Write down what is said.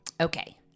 Okay